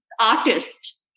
artist